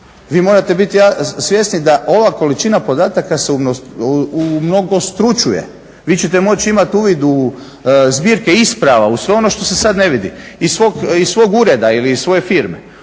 vi morate biti svjesni da ova količina podataka se umnogostručuje. Vi ćete moći imati uvid u zbirke isprava, u sve ono što se sad ne vidi, iz svog ureda ili iz svoje firme.